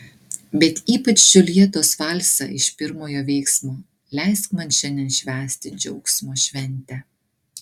bet ypač džiuljetos valsą iš pirmojo veiksmo leisk man šiandien švęsti džiaugsmo šventę